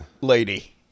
lady